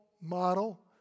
model